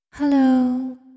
Hello